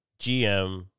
GM